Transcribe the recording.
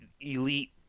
elite